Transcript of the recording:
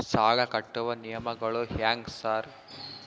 ಸಾಲ ಕಟ್ಟುವ ನಿಯಮಗಳು ಹ್ಯಾಂಗ್ ಸಾರ್?